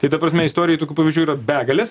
tai ta prasme istorijoj tokių pavyzdžių yra begalės